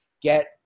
get